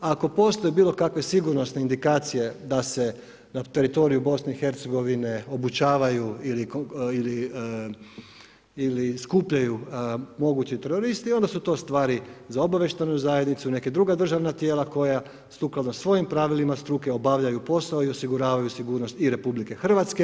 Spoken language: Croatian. Ako postoje bilo kakve sigurnosne indikacije da se na teritoriju BiH obučavaju ili skupljaju mogući teroristi onda su to stvari za obavještajnu zajednicu i neka druga državna tijela koja sukladno svojim pravilima struke obavljaju posao i osiguravaju sigurnosti i RH.